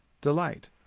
delight